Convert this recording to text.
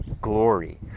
glory